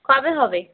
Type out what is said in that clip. কবে হবে